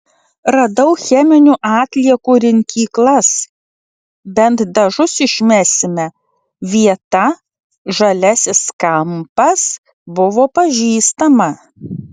radau cheminių atliekų rinkyklas bent dažus išmesime vieta žaliasis kampas buvo pažįstama